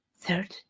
third